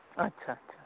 ᱟᱪᱪᱷᱟ ᱟᱪᱪᱷᱟ